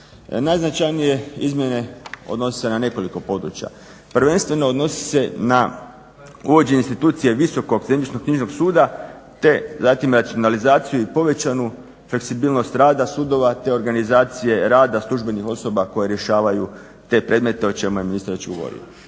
Najznačajnije izmjene odnose se na nekoliko područja, prvenstveno odnosi se na uvođenje institucije visokog zemljišnoknjižnog suda, te zatim nacionalizaciju i povećanju fleksibilnost rada sudova te organizacije rada službenih osoba koje rješavaju te predmete o čemu je ministar već govorio.